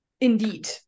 indeed